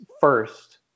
first